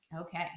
Okay